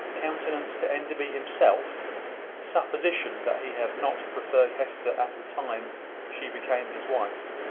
countenance to enderby himself the supposition that he had not preferred hester at the time she became his wife.